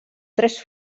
tres